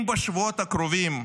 אם בשבועות הקרובים,